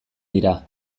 dira